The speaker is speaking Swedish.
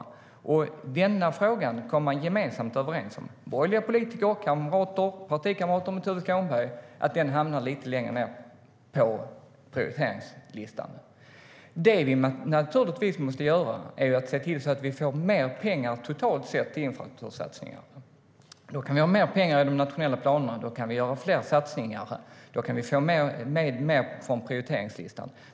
Borgerliga politiker - Tuve Skånbergs partikamrater - har gemensamt kommit överens om att denna fråga skulle hamna lite längre ned på prioriteringslistan. Vi måste naturligtvis se till att vi får mer pengar totalt sett till infrastruktursatsningar. Då kan vi ha mer pengar i de nationella planerna, då kan vi göra fler satsningar och då kan vi få med mer från prioriteringslistan.